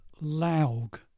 Laug